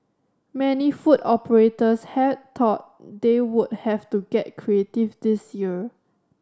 many food operators had thought they would have to get creative this year